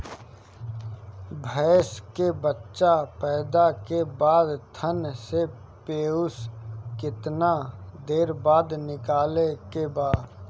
भैंस के बच्चा पैदा के बाद थन से पियूष कितना देर बाद निकले के बा?